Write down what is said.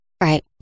Right